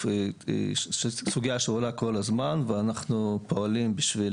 שזו סוגיה שעולה כל הזמן ואנחנו פועלים בשביל